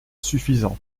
suffisant